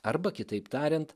arba kitaip tariant